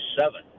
seven